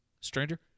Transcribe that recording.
stranger